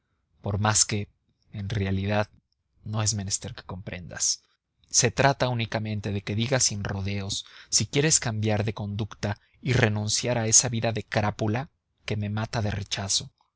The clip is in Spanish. por más que en realidad no es menester que comprendas se trata únicamente de que digas sin rodeos si quieres cambiar de conducta y renunciar a esa vida de crápula que me mata de rechazo